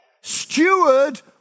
Steward